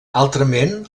altrament